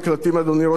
אדוני ראש הממשלה,